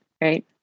right